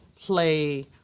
play